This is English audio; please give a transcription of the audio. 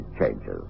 changes